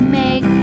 make